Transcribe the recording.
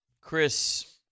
Chris